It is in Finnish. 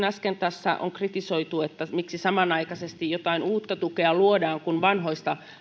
äsken tässä on kritisoitu että miksi samanaikaisesti jotain uutta yritystukea luodaan kun vanhoista